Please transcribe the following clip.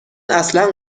اصلا